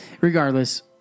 regardless